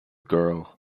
girl